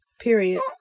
Period